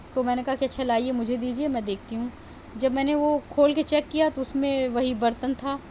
تو میں نے کہا کہ اچھا لائیے مجھے دیجیے میں دیکھتی ہوں جب میں نے وہ کھول کے چیک کیا تو اُس میں وہی برتن تھا